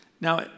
Now